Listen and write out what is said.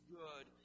good